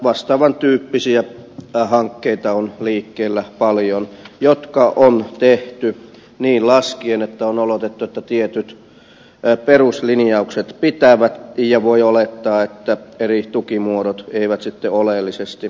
vastaavan tyyppisiä hankkeita on liikkeellä paljon jotka on tehty niin laskien että on oletettu että tietyt peruslinjaukset pitävät ja voi olettaa että eri tukimuodot eivät sitten oleellisesti laske